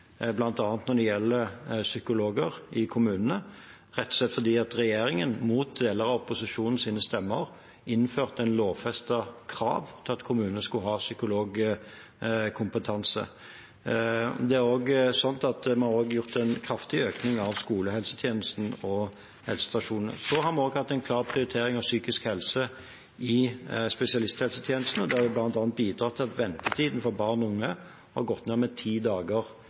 når det gjelder psykologer i kommunene, rett og slett fordi regjeringen, mot deler av opposisjonens stemmer, innførte et lovfestet krav om at kommunene skulle ha psykologkompetanse. Vi har også hatt en kraftig økning i skolehelsetjenesten og helsestasjonene, og vi har hatt en klar prioritering av psykisk helse i spesialisthelsetjenesten, bl.a. bidratt til at ventetiden for barn og unge har gått ned med ti dager